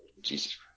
Jesus